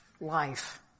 life